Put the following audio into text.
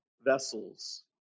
vessels